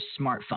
smartphone